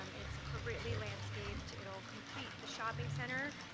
um it's appropriately landscaped. it will complete the shopping center.